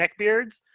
neckbeards